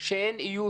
זה משפיע עלינו